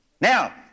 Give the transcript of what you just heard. Now